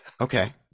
okay